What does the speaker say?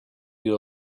you